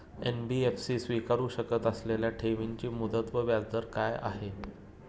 NBFC स्वीकारु शकत असलेल्या ठेवीची मुदत व व्याजदर काय आहे?